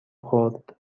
خورد